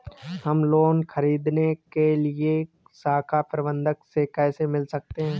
हम लोन ख़रीदने के लिए शाखा प्रबंधक से कैसे मिल सकते हैं?